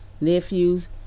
nephews